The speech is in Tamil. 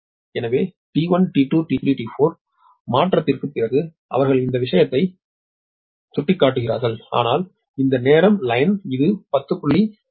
எனவே T1 T2 T3 T4 மாற்றத்திற்குப் பிறகு அவர்கள் இந்த விஷயத்தை சுட்டிக்காட்டுகிறார்கள் ஆனால் இந்த நேரக் லைன் இது 0